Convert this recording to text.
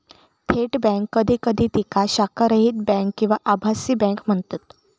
थेट बँक कधी कधी तिका शाखारहित बँक किंवा आभासी बँक म्हणतत